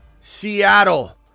Seattle